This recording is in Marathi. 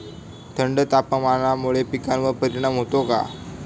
थंड तापमानामुळे पिकांवर परिणाम होतो का?